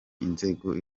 inzego